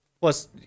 Plus